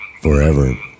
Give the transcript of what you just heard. forever